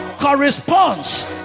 corresponds